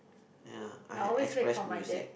ya I have express music